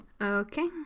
Okay